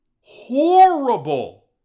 Horrible